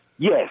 Yes